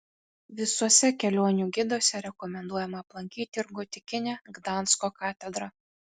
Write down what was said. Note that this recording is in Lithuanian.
visuose kelionių giduose rekomenduojama aplankyti ir gotikinę gdansko katedrą